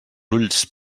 ulls